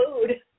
food